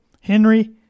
Henry